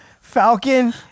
Falcon